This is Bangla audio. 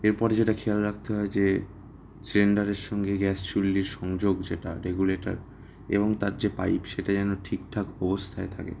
এরপরে যেটা খেয়াল রাখতে হয় যে সিলিন্ডারের সঙ্গে গ্যাস চুল্লির সংযোগ যেটা রেগুলেটর এবং তার যে পাইপ সেটা যেন ঠিকঠাক অবস্থায় থাকে